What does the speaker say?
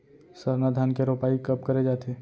सरना धान के रोपाई कब करे जाथे?